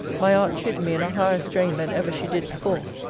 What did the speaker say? my aunt chid me in a higher strain than ever she did before.